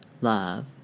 love